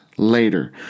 Later